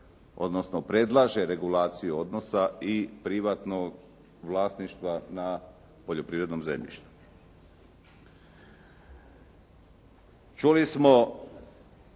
odnosno predlaže regulaciju odnosa i privatnog vlasništva na poljoprivrednom zemljištu. Čuli smo